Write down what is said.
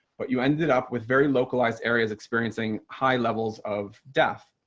but you ended up with very localized areas experiencing high levels of death.